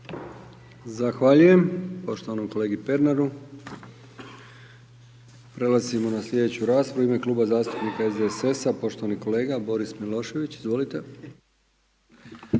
Zahvaljujem poštovanom kolegi Pernaru. Prelazimo na slijedeću raspravu, u ime kluba zastupnika SDSS-a, poštovani kolega Boris Milošević, izvolite.